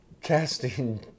casting